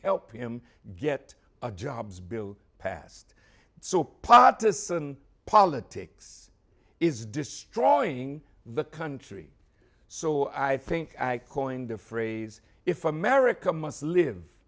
help him get a jobs bill passed so potus and politics is destroying the country so i think i coined the phrase if america must live